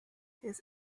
his